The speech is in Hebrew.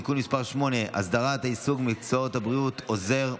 רק תציין שזה שמונה מהאופוזיציה ואחד מהקואליציה.